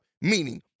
Meaning